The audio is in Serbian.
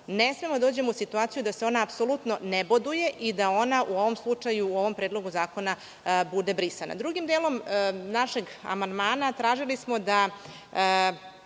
ne smemo da dođemo u situaciju da se ona apsolutno ne boduje i da ona u ovom slučaju, u ovom Predlogu zakona bude brisana. Drugim delom našeg amandmana tražili smo da